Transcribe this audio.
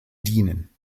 dienen